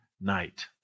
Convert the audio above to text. night